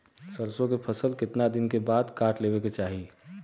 सरसो के फसल कितना दिन के बाद काट लेवे के चाही?